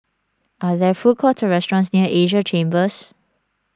are there food courts or restaurants near Asia Chambers